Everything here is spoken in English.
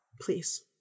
please